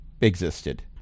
existed